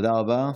תודה רבה.